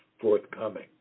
forthcoming